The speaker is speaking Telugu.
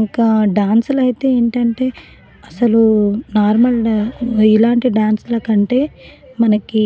ఇంకా డాన్సులైతే ఏంటంటే అసలూ నార్మల్ డా ఇలాంటి డాన్సులకంటే మనకీ